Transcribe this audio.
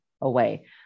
away